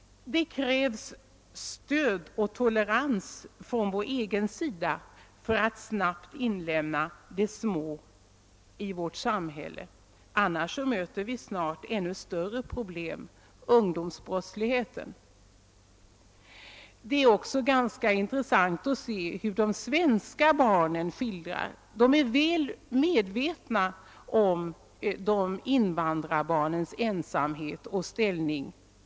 Det krävs stöd och tolerans från vår egen sida för att snabbt inlemma de små i vårt samhälle — annars möter vi snart ännu större problem, ungdomsbrottsligheten. Det är också ganska intressant att se hur de svenska barnen skildrar detta. De är väl medvetna om invandrarbarnens ensamhet och ställning.